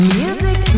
music